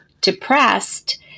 depressed